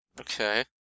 Okay